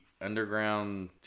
underground